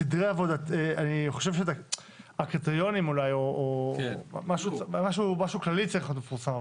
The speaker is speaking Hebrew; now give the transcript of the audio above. אני חושב שהקריטריונים אולי או משהו כללי צריך להיות מפורסם,